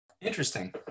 Interesting